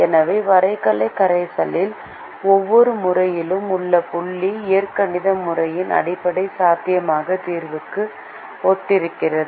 எனவே வரைகலை கரைசலில் ஒவ்வொரு மூலையில் உள்ள புள்ளி இயற்கணித முறையின் அடிப்படை சாத்தியமான தீர்வுக்கு ஒத்திருக்கிறது